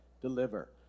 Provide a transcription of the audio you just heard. deliver